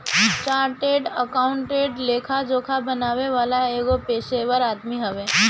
chartered accountant लेखा जोखा बनावे वाला एगो पेशेवर आदमी हवे